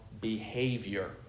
behavior